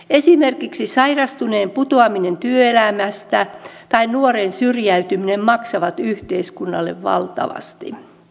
esimerkiksi sairastuneen putoaminen työelämästä tai nuoren syrjäytyminen maksavat yhteiskunnalle valtavasti